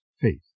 faith